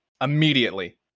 Immediately